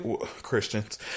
Christians